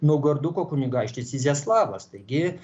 naugarduko kunigaikštis iziaslavas taigi